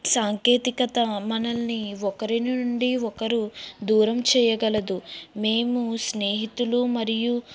సాంకేతికత మనల్ని ఒకరి నుండి ఒకరు దూరం చేయగలదు మేము స్నేహితులు మరియు